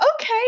okay